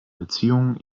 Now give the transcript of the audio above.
beziehungen